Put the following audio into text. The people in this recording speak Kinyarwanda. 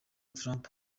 trump